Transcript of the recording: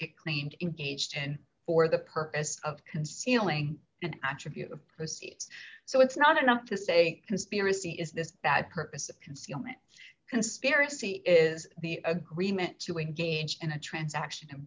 defendants claimed engaged and for the purpose of concealing an attribute of proceeds so it's not enough to say conspiracy is this bad purpose of concealment conspiracy is the agreement to engage in a transaction